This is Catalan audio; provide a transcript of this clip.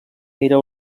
era